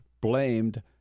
blamed